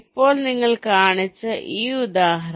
ഇപ്പോൾ നിങ്ങൾ കാണിച്ച ഈ ഉദാഹരണം